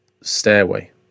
stairway